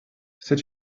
c’est